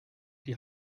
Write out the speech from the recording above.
die